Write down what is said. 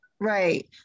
Right